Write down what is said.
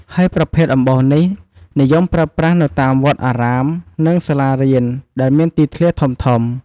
ហើយប្រភេទអំបោសនេះ និយមប្រើប្រាស់នៅតាមវត្តអារាម និងសាលារៀន ដែលមានទីធ្លាធំៗ ។